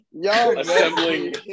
assembling